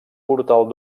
portal